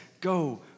go